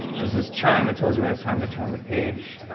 there's this chime that tells you when it's time to turn the page.